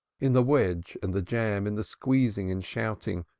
in the wedge and the jam, in the squeezing and shouting,